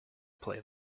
play